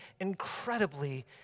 incredibly